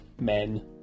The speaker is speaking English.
men